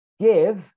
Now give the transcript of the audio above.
Give